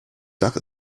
dach